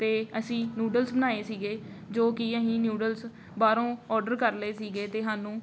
ਅਤੇ ਅਸੀਂ ਨਿਊਡਲਸ ਬਣਾਏ ਸੀਗੇ ਜੋ ਕਿ ਅਸੀਂ ਨਿਊਡਲਸ ਬਾਹਰੋਂ ਔਡਰ ਕਰ ਲਏ ਸੀਗੇ ਅਤੇ ਸਾਨੂੰ